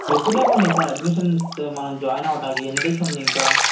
ఎప్పుడు దాకా ఉన్నాయి సార్ అడ్మిషన్స్ మనం జాయిన్ అవ్వడానికి ఎన్ని డేస్ ఉంది ఇంకా